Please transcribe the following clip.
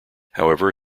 however